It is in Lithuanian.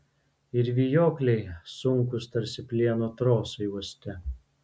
ir vijokliai sunkūs tarsi plieno trosai uoste